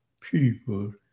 people